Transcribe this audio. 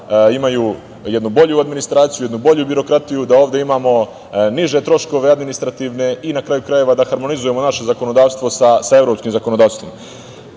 imaju jednu bolju administraciju, jednu bolju birokratiju, da ovde imamo niže administrativne troškove i na kraju krajeva da harmonizujemo naše zakonodavstvo sa evropskim zakonodavstvom. Kažem,